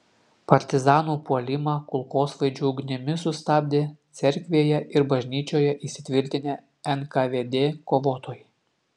partizanų puolimą kulkosvaidžių ugnimi sustabdė cerkvėje ir bažnyčioje įsitvirtinę nkvd kovotojai